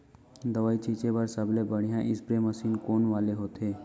दवई छिंचे बर सबले बढ़िया स्प्रे मशीन कोन वाले होथे?